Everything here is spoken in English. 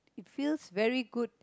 it feels very good